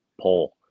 poll